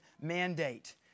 mandate